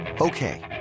Okay